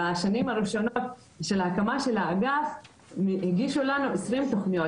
בשנים הראשונות להקמת האגף הגישו לנו עשרים תכניות,